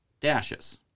dashes